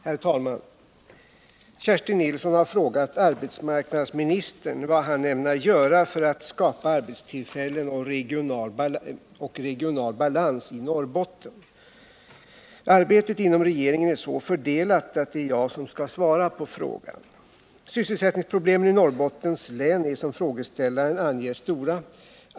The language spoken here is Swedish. Herr talman! Kerstin Nilsson har frågat arbetsmarknadsministern vad han ämnar göra för att skapa arbetstillfällen och regional balans i Norrbotten. Arbetet inom regeringen är så fördelat att det är jag som skall svara på frågan. Sysselsättningsproblemen i Norrbottens län är som frågeställaren anger stora.